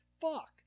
fuck